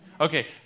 Okay